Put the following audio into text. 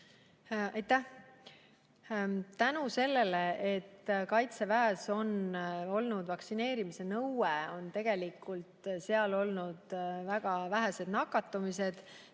Aitäh! Tänu sellele, et Kaitseväes on olnud vaktsineerimise nõue, on seal olnud väga vähe nakatumisi